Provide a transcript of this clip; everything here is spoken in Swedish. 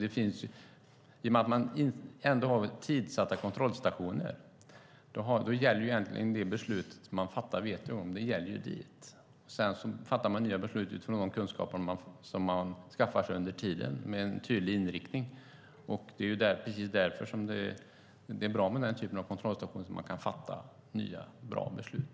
I och med att man har tidssatta kontrollstationer gäller det beslut som man fattar dit. Sedan fattar man nya beslut utifrån de kunskaper man skaffar sig under tiden, med en tydlig inriktning. Det är precis därför som det är bra med den typen av kontrollstationer så att man kan fatta nya bra beslut.